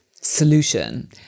solution